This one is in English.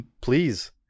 Please